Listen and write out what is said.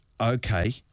okay